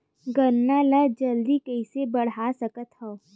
गन्ना ल जल्दी कइसे बढ़ा सकत हव?